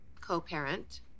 co-parent